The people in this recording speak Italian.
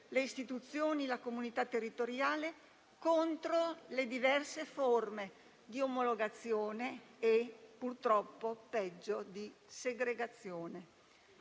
le istituzioni e la comunità territoriale contro le diverse forme di omologazione e, purtroppo, peggio, di segregazione.